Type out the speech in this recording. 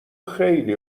خیلی